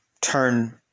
turn